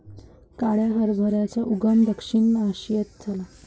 काळ्या हरभऱ्याचा उगम दक्षिण आशियात झाला